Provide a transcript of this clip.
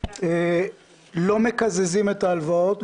לא מקזזים את ההלוואות,